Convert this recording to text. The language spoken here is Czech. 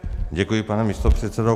Děkuji, pane místopředsedo.